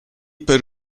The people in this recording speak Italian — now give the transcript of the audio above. per